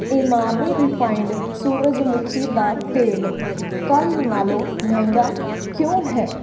Emami refined ਸੂਰਜਮੁਖੀ ਦਾ ਤੇਲ ਕੱਲ੍ਹ ਨਾਲੋਂ ਮਹਿੰਗਾ ਕਿਉਂ ਹੈ